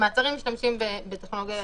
במעצרים משתמשים בטכנולוגיה